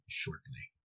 shortly